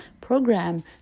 program